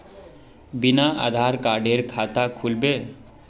बिना आधार कार्डेर खाता खुल बे?